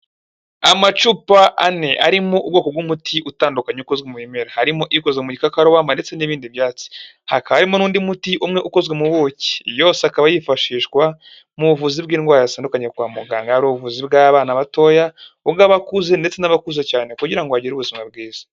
Amacupa ane arimo ubwoko bw'umuti utandukanye ukozwe mu bimera, harimo ikozwe mu gikakarubamba ndetse n'ibindi byatsi, hakaba harimo n'undi muti umwe ukozwe mu buki, yose akaba yifashishwa mu buvuzi bw'indwara zitandukanye kwa muganga, ari ubuvuzi bw'abana batoya, ubw'abakuze, ndetse n'abakuze cyane, kugira ngo bagire ubuzima bwiza.